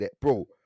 bro